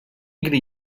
игры